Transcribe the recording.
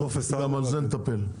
אנחנו נטפל גם בזה.